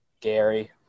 gary